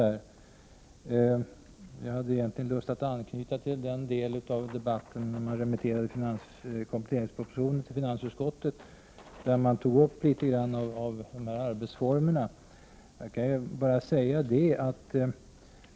Jag hade egentligen lust att anknyta till den del av debatten som gällde remitteringen av kompletteringspropositionen till finansutskottet, och där man tog upp arbetsformerna.